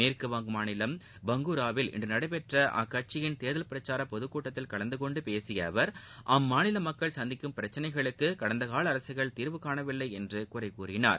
மேற்கு வங்க மாநிலம் பங்குராவில் இன்று நடைபெற்ற அக்கட்சியின் தேர்தல் பிரச்சார பொதுக்கூட்டத்தில் கலந்துகொண்டு பேசிய அவர் அம்மாநில மக்கள் சந்திக்கும் பிரச்சளைகளுக்கு கடந்த கால அரசுகள் தீர்வு காணவில்லை என்று குறை கூறினார்